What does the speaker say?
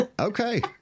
Okay